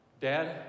Dad